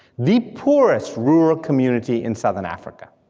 the poorest rural community in southern africa,